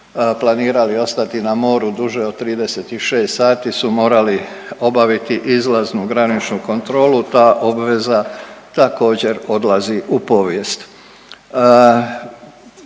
planirali ostati na moru duže od 36 sati su morali obaviti izlaznu graničnu kontrolu. Ta obveza također odlazi u povijest.